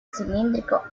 cilíndrico